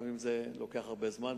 ולפעמים זה לוקח הרבה זמן,